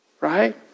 Right